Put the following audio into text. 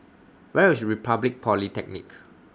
Where IS Republic Polytechnic